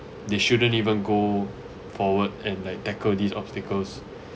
they shouldn't even go forward and like tackle these obstacles